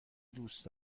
دوست